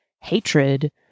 hatred